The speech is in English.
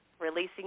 Releasing